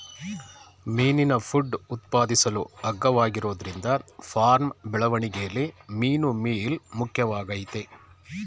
ಮೀನಿನ ಫುಡ್ ಉತ್ಪಾದಿಸಲು ಅಗ್ಗವಾಗಿರೋದ್ರಿಂದ ಫಾರ್ಮ್ ಬೆಳವಣಿಗೆಲಿ ಮೀನುಮೀಲ್ ಮುಖ್ಯವಾಗಯ್ತೆ